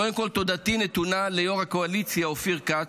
קודם כול, תודתי נתונה ליו"ר הקואליציה אופיר כץ,